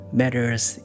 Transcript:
matters